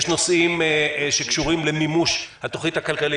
יש נושאים שקשורים למימוש התוכנית הכלכלית.